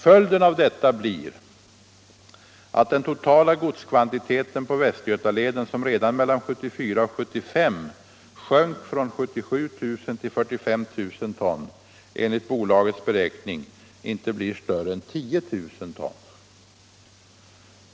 Följden av detta blir att den totala godskvantiteten på Västgötaleden, som redan mellan 1974 och 1975 sjönk från 77 000 till 45 000 ton, enligt bolagets beräkning inte blir större än 10 000 ton.